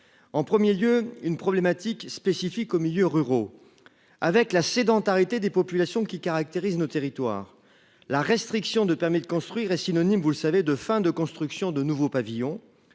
En 1er lieu une problématique spécifique aux milieux ruraux avec la sédentarité des populations qui caractérise nos territoires. La restriction de permis de construire est synonyme, vous le savez de fin de construction de nouveaux pavillons